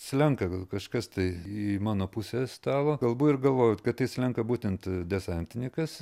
slenka vėl kažkas tai į mano pusę stalo kalbu ir galvoju kad tai slenka būtent desantininkas